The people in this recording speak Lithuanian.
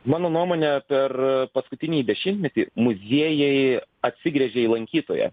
mano nuomone per paskutinį dešimtmetį muziejai atsigręžė į lankytoją